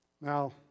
Now